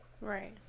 Right